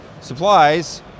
supplies